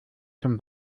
zum